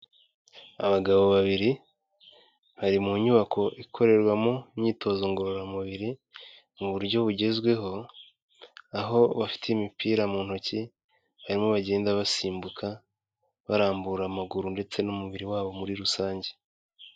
Abagabo babiri bari mu nyubako ikorerwamo imyitozo ngororamubiri mu buryo bugezweho, aho bafite imipira mu ntoki barimo bagenda basimbuka barambura amaguru ndetse n'umubiri wabo muri rusange.